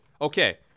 Okay